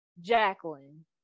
jacqueline